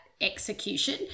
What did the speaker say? execution